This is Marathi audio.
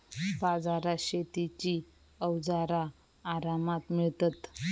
बाजारात शेतीची अवजारा आरामात मिळतत